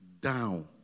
down